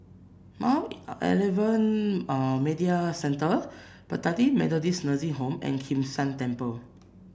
Mount Alvernia Medical Centre Bethany Methodist Nursing Home and Kim San Temple